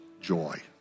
joy